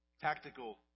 tactical